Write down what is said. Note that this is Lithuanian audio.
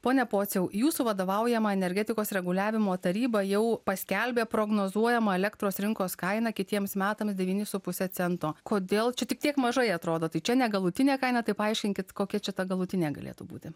pone pociau jūsų vadovaujama energetikos reguliavimo taryba jau paskelbė prognozuojamą elektros rinkos kainą kitiems metams devyni su puse cento kodėl čia tik tiek mažai atrodo tai čia negalutinė kaina tai paaiškinkit kokia čia ta galutinė galėtų būti